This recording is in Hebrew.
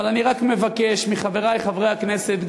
אבל אני רק מבקש מחברי חברי הכנסת,